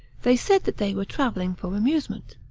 they said that they were traveling for amusement.